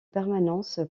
permanence